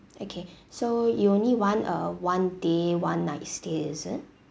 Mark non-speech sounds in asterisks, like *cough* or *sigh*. okay *breath* so you only want uh one day one night stay is it